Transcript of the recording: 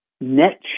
net